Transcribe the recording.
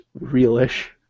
real-ish